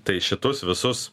tai šitus visus